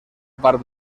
part